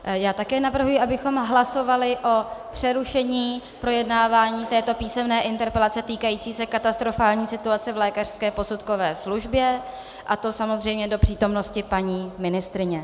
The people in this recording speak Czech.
Já také navrhuji, abychom hlasovali o přerušení projednávání této písemné interpelace, týkající se katastrofální situace v lékařské posudkové službě, a to samozřejmě do přítomnosti paní ministryně.